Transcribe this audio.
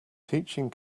teaching